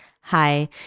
hi